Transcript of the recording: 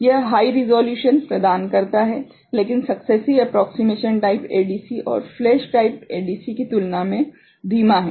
यह high resolution प्रदान करता है लेकिन सक्सेसीव एप्रोक्सीमेशन टाइप एडीसीऔर फ्लैश टाइप एडीसी की तुलना में धीमा है